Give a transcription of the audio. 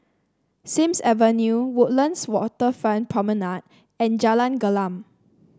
Sims Avenue Woodlands Waterfront Promenade and Jalan Gelam